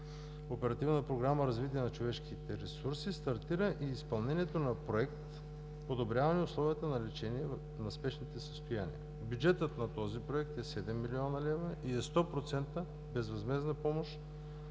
Оперативна програма „Развитие на човешките ресурси“ стартира и изпълнението на Проект „Подобряване условията на лечение на спешните състояния“. Бюджетът на този Проект е 7 млн. лв. и е 100% безвъзмездна помощ.